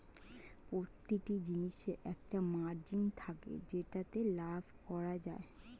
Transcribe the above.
প্রতিটি জিনিসের একটা মার্জিন থাকে যেটাতে লাভ করা যায়